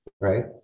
right